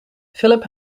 philip